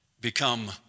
become